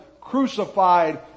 crucified